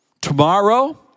Tomorrow